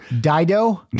Dido